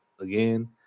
again